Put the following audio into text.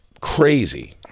crazy